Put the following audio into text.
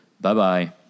bye-bye